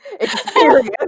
experience